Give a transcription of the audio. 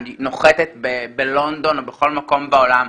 נוחתת בלונדון או בכל מקום בעולם,